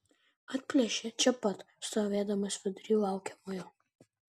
atplėšia čia pat stovėdamas vidury laukiamojo